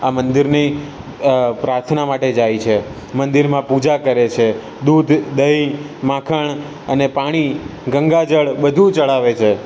આ મંદિરની પ્રાર્થના માટે જાય છે મંદિરમાં પૂજા કરે છે દૂધ દહીં માખણ અને પાણી ગંગાજળ બધું ચડાવે છે